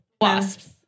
Wasps